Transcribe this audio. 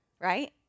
right